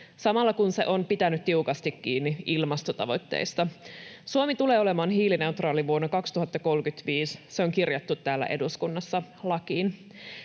Shhh!] kun se on pitänyt tiukasti kiinni ilmastotavoitteista. Suomi tulee olemaan hiilineutraali vuonna 2035. Se on kirjattu täällä eduskunnassa lakiin.